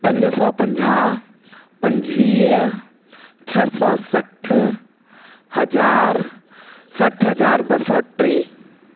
पंज सौ पंजाहु पंजुवीह छह सौ सठि हज़ार सठि हज़ार ॿ सौ टे